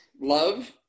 love